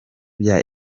bya